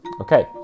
Okay